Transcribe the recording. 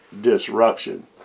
disruption